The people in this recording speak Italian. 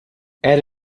era